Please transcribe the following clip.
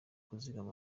kuzigama